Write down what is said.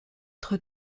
être